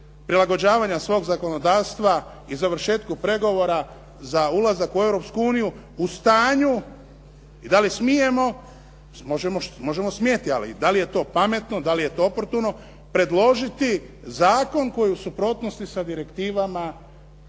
prilagođavanja svog zakonodavstva i završetku pregovora za ulazak u Europsku uniju u stanju i da li smijemo, možemo smjeti ali da li je to pametno, da li je to oportuno predložiti zakon koji je u suprotnosti sa direktivama